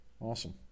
Awesome